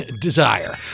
desire